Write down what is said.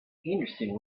henderson